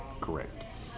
Correct